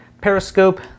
Periscope